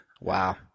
Wow